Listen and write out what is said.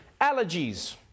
Allergies